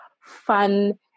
fun